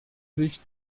sich